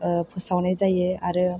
फोसावनाय जायो आरो